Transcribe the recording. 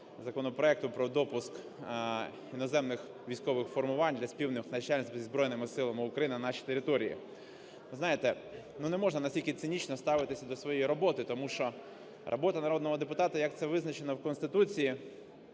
законопроекту про допуск іноземних військових формувань для спільних навчань зі Збройними Силами України на нашій території. Ви знаєте, ну не можна настільки цинічно ставитись до своєї роботи. Тому що робота народного депутата, як це визначено в Конституції,